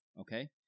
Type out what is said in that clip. okay